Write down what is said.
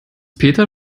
peter